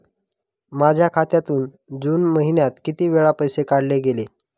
माझ्या खात्यातून जून महिन्यात किती वेळा पैसे काढले गेले?